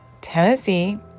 Tennessee